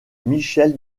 michel